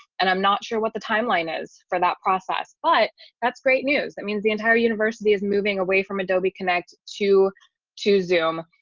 and i'm not sure what the timeline is for that process. but that's great news. that means the entire university is moving away from adobe connect to to zoom,